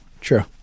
True